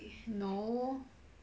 no